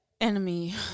enemy